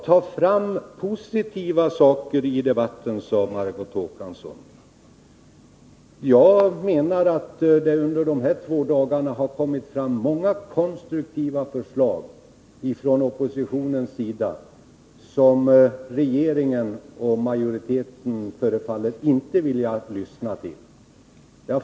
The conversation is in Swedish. Ta fram positiva saker i debatten, sade Margot Håkansson. Jag menar att det under de här två dagarna har kommit många konstruktiva förslag från oppositionens sida men som regeringen och riksdagsmajoriteten inte förefaller vilja lyssna till.